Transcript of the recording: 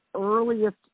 earliest